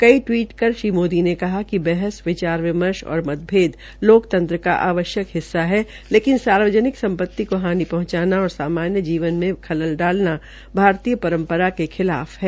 कई टिवीट कर श्री मोदी ने कहा कि बहस विचार विमर्श और मतभेद लोकतंत्र का आवश्यक हिस्सा है लेकिन सार्वजनिक सम्पति को हानि पहंचाना और सामान्य जीवन में खलल डालना भारतीय परम्परा के खिलाफ है